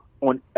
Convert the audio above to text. on